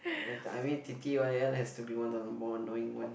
as I mean t_t_y_l has to be one of the more annoying one